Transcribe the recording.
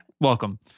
Welcome